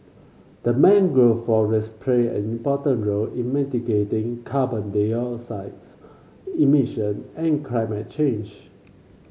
the mangrove forest play an important role in mitigating carbon dioxides emission and climate change